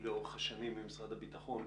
לאורך השנים עם משרד הביטחון,